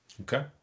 okay